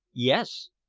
yes,